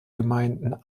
gemeinden